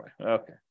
Okay